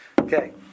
Okay